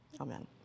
Amen